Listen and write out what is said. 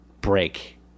break